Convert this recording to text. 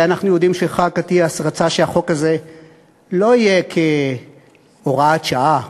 הרי אנחנו יודעים שח"כ אטיאס רצה שהחוק הזה לא יהיה כהוראת שעה,